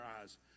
eyes